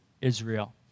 Israel